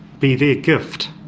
be their gift